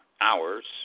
hours